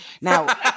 Now